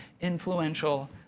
influential